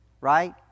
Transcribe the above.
right